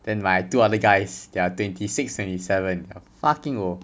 then my two other guys they are twenty six twenty seven fucking old